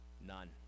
none